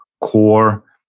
core